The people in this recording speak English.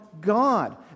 God